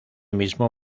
mismo